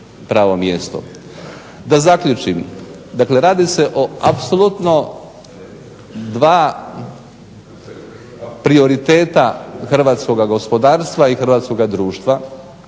Da zaključim, dakle radi se o apsolutno dva prioriteta hrvatskog gospodarstva i hrvatskog društva